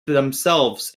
themselves